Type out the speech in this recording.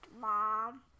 mom